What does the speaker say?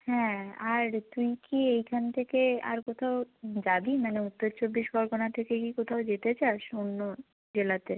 হ্যাঁ আর তুই কি এইখান থেকে আর কোথাও যাবি মানে উত্তর চব্বিশ পরগনা থেকে কি কোথাও যেতে চাস অন্য জেলাতে